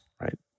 right